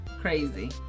crazy